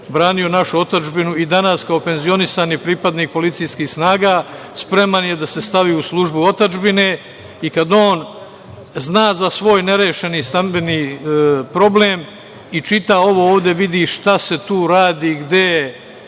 branio našu otadžbinu i danas kao penzionisani pripadnik policijskih snaga spreman je da se stavi u službu otadžbine i kada on zna za svoj nerešeni stambeni problem i čita ovo ovde, vidi šta se tu radi, gde je.